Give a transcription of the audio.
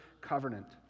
covenant